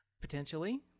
Potentially